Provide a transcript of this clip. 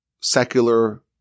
secular